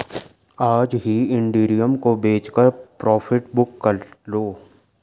आज ही इथिरियम को बेचकर प्रॉफिट बुक कर लो